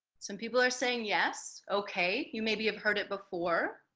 some people are saying yes. okay you maybe have heard it before.